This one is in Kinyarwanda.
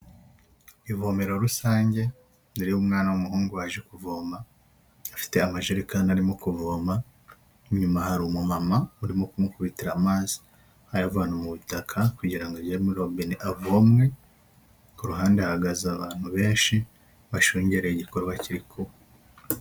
Ivomero rusange mbere y'umwana w'umuhungu waje kuvoma, afite amajerekani arimo kuvoma inyuma hari umumama urimo kumukubitira amazi ayavana mu butaka kugira ngo ngo agere muri robini avome, ku ruhande ahagaze abantu benshi bashungereye igikorwa kiri kuba.